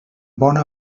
bona